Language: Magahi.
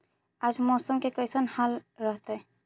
आज मौसम के कैसन हाल रहतइ?